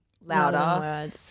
louder